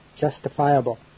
justifiable